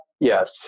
Yes